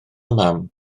mam